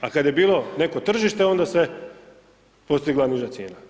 A kad je bilo neko tržište, onda se postigla niža cijena.